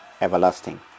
everlasting